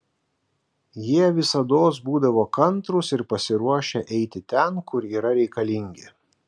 jie visados būdavo kantrūs ir pasiruošę eiti ten kur yra reikalingi